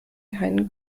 keinen